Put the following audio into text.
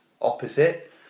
opposite